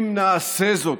אם נעשה זאת,